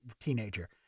teenager